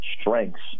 strengths